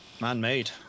man-made